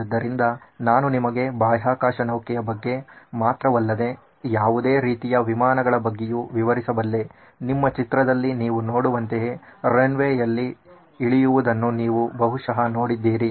ಆದ್ದರಿಂದ ನಾನು ನಿಮಗೆ ಬಾಹ್ಯಾಕಾಶ ನೌಕೆಯ ಬಗ್ಗೆ ಮಾತ್ರವಲ್ಲದೆ ಯಾವುದೇ ರೀತಿಯ ವಿಮಾನಗಳ ಬಗ್ಗೆಯೂ ವಿವರಿಸಬಲ್ಲೆ ನಿಮ್ಮ ಚಿತ್ರದಲ್ಲಿ ನೀವು ನೋಡುವಂತೆಯೇ ರನ್ ವೇಯಲ್ಲಿ ಇಳಿಯುವುದನ್ನು ನೀವು ಬಹುಶಃ ನೋಡಿದ್ದೀರಿ